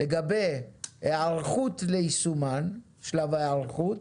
לגבי 'היערכות ליישומן', שלב ההיערכות,